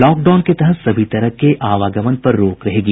lock down के तहत सभी तरह के आवागमन पर रोक रहेगी